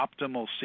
optimal